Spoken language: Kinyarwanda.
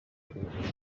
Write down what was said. burebure